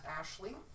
Ashley